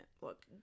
look